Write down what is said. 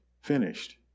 finished